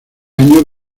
año